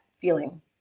feeling